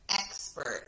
expert